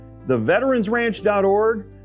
theveteransranch.org